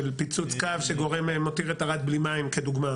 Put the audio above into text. של פיצוץ קו שמותיר את ערד בלי מים כדוגמה,